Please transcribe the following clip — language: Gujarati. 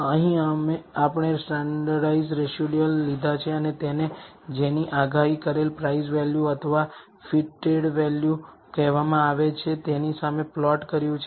અહીં આપણે સ્ટાન્ડર્ડઇઝ્ડ રેસિડયુઅલ લીધા છે અને તેને જેની આગાહી કરેલ પ્રાઈઝ વેલ્યુ અથવા ફિટટેડ વેલ્યુ કહેવામાં આવે છે તેની સામે પ્લોટ કર્યું છે